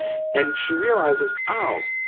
and she realizes, oh,